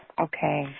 okay